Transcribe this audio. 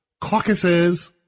caucuses